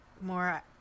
more